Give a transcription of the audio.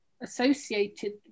associated